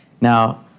Now